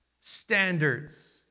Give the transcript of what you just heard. standards